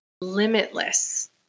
limitless